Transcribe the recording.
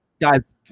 Guys